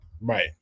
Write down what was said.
Right